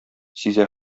сизә